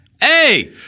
Hey